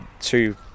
two